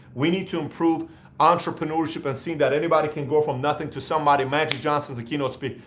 we need to improve entrepreneurship and seeing that anybody can go from nothing to somebody. magic johnson's a keynote speaker.